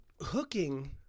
hooking